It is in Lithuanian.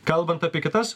kalbant apie kitas